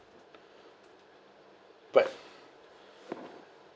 but